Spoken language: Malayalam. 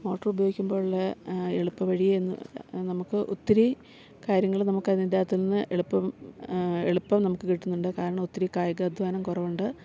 മോട്ടറുപയോഗിക്കുമ്പോൾ ഉള്ള എളുപ്പവഴി എന്ന് നമുക്ക് ഒത്തിരി കാര്യങ്ങള് നമുക്കതിന്റ് അകത്ത് നിന്ന് എളുപ്പം എളുപ്പം നമുക്ക് കിട്ടുന്നുണ്ട് കാരണം ഒത്തിരി കായിക അധ്വാനം കുറവുണ്ട്